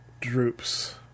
droops